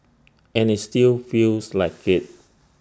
and IT still feels like IT